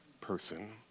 person